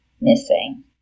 missing